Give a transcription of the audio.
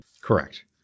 Correct